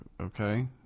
Okay